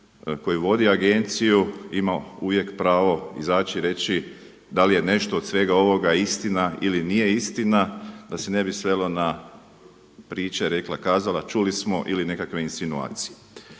koji vodi agenciju ima uvijek pravo izaći i reći da li je nešto od svega ovoga istina ili nije istina, da se ne bi svelo na priče rekla kazala, čuli smo ili nekakve insinuacije.